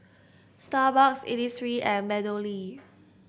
Starbucks Innisfree and MeadowLea